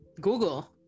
Google